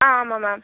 ஆ ஆமாம் மேம்